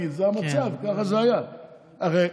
נו, באמת.